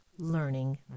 Learning